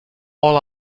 all